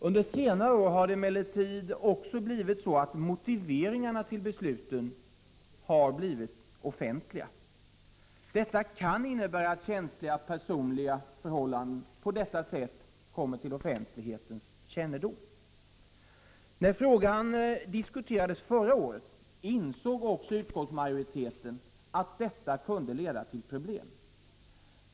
Under senare år har det emellertid också blivit så att motiveringarna till besluten blivit offentliga. Detta kan innebära att känsliga personliga förhållanden kommer till offentlighetens kännedom. När frågan diskuterades förra året insåg också utskottsmajoriteten att detta kunde leda till problem.